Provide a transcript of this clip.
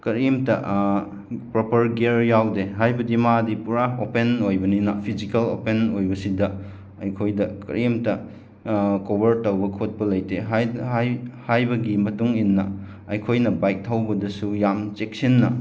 ꯀꯔꯤꯝꯇ proper gear ꯌꯥꯎꯗꯦ ꯍꯥꯏꯕꯗꯤ ꯃꯥꯗꯤ ꯄꯨꯔꯥ ꯑꯣꯄꯦꯟ ꯑꯣꯏꯕꯅꯤꯅ ꯐꯤꯖꯤꯀꯦꯜ ꯑꯣꯄꯦꯟ ꯑꯣꯏꯕꯁꯤꯗ ꯑꯩꯈꯣꯏꯗ ꯀꯔꯤꯝꯇ ꯀꯣꯕꯔ ꯇꯧꯕ ꯈꯣꯠꯄ ꯂꯩꯇꯦ ꯍꯥꯏꯕꯒꯤ ꯃꯇꯨꯡ ꯏꯟꯅ ꯑꯩꯈꯣꯏꯅ ꯕꯥꯏꯛ ꯊꯧꯕꯗꯁꯨ ꯌꯥꯝ ꯆꯦꯛꯁꯤꯟꯅ